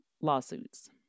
lawsuits